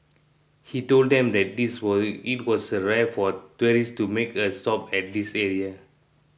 he told them that it was it was rare for tourists to make a stop at this area